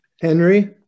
Henry